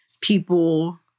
People